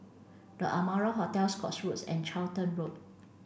the Amara Hotel Scotts Road and Charlton Road